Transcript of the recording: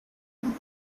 green